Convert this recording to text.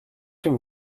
him